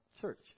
church